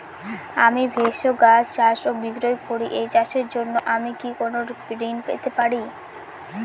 আমি ভেষজ গাছ চাষ ও বিক্রয় করি এই চাষের জন্য আমি কি কোন ঋণ পেতে পারি?